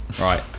right